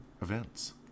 events